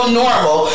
normal